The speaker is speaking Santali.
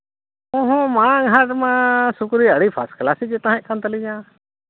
ᱩᱸᱦᱩᱸᱜ ᱢᱟᱲᱟᱝ ᱦᱟᱴ ᱢᱟ ᱥᱩᱠᱨᱤ ᱟᱹᱰᱤ ᱯᱷᱟᱥᱴ ᱠᱞᱟᱥ ᱜᱮ ᱛᱟᱦᱮᱸᱠᱟᱱ ᱛᱟᱞᱤᱧᱟᱭ